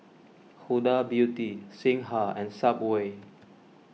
Huda Beauty Singha and Subway